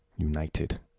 United